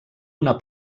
una